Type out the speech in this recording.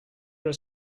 are